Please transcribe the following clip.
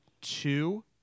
two